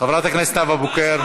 חברת הכנסת נאוה בוקר,